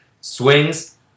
Swings